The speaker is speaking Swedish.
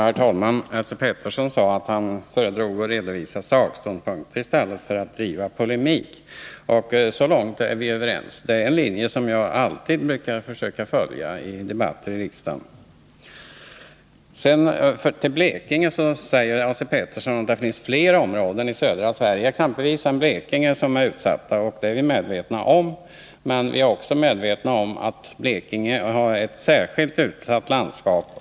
Herr talman! Esse Petersson sade att han föredrog att redovisa sakståndpunkter framför att driva polemik. Så långt är vi överens. Det är en linje som jag alltid försöker följa i debatter i riksdagen. Sedan sade Esse Petersson att det finns fler områden i södra Sverige än Blekinge som är utsatta. Det är vi medvetna om, men vi är också medvetna om att Blekinge är ett särskilt utsatt landskap.